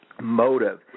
motive